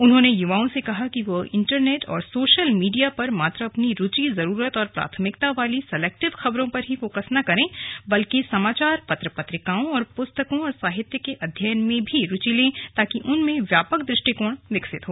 उन्होंने युवाओं से कहा कि वे इन्टरनेट और सोशल मीडिया पर मात्र अपनी रूचि जरूरत और प्राथमिकता वाली सलेक्टिव खबरों पर ही फोकस न करें बल्कि समाचार पत्र पत्रिकाओं पुस्तकों और साहित्य के अध्ययन में भी रूचि लें ताकि उनमें व्यापक दृष्टिकोण विकसित हो